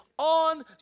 On